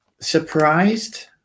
surprised